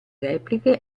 repliche